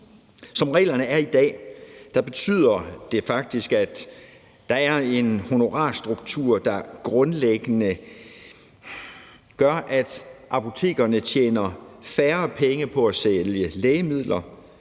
Som reglerne er i dag, betyder det faktisk, at der er en honorarstruktur, der grundlæggende gør, at apotekerne tjener færre penge på at sælge lægemidler,